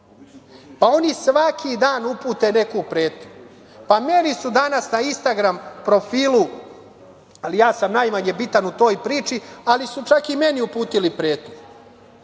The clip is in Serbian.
oni svaki dan upute neku pretnju. Pa, meni su danas na Instagram profilu, ali ja sam najmanje bitan u toj priči, ali su čak i meni uputili pretnje